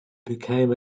became